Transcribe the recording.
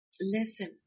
listen